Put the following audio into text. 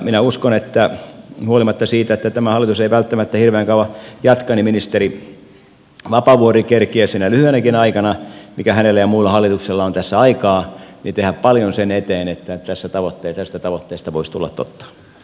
minä uskon että huolimatta siitä että tämä hallitus ei välttämättä hirveän kauan jatka ministeri vapaavuori kerkiää sinä lyhyenäkin aikana mikä hänellä ja muulla hallituksella on tässä aikaa tehdä paljon sen eteen että tästä tavoitteesta voisi tulla totta